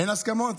אין הסכמות.